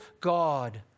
God